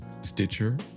Stitcher